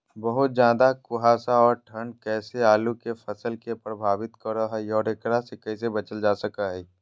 बहुत ज्यादा कुहासा और ठंड कैसे आलु के फसल के प्रभावित करो है और एकरा से कैसे बचल जा सको है?